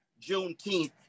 Juneteenth